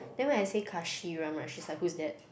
then when I say Kasheeram right she's like who's that